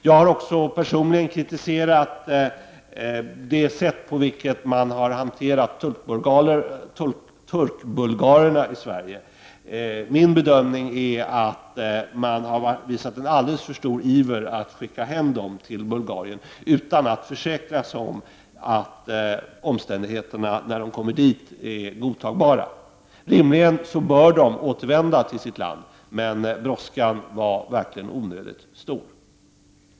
Jag har också personligen kritiserat det sätt på vilket man har hanterat turkbulgarerna i Sverige. Min bedömning är att man har visat en alldeles för stor iver att skicka hem dem till Bulgarien utan att försäkra sig om att omständigheterna när de kommer dit är godtagbara. Rimligen bör de återvända till sitt land, men brådskan var verkligen onödigt stor.